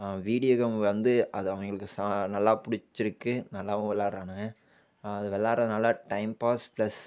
video game வந்து அது அவங்களுக்கு சா நல்லா பிடிச்சிருக்கு நல்லாவும் விளாயாடுறானுங்க அது விளாயாடுறதுனால டைம் பாஸ் ப்ளஸ்